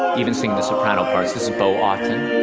even singing the soprano parts. this is beau awtin.